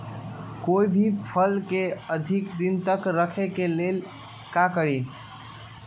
कोई भी फल के अधिक दिन तक रखे के लेल का करी?